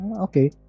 okay